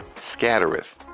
scattereth